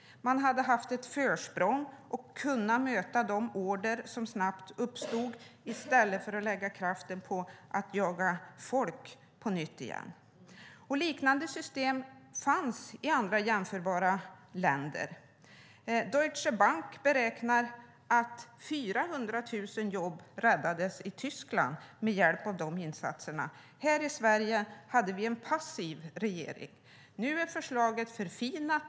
Man hade haft ett försprång för att kunna möta de order som snabbt uppstod i stället för att lägga kraft på att jaga folk på nytt. Liknande system fanns i andra jämförbara länder. Deutsche Bank beräknar att 400 000 jobb räddades i Tyskland med hjälp av de här insatserna. I Sverige hade vi en passiv regering. Nu är förslaget förfinat.